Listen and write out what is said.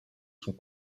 sont